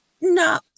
no